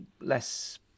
less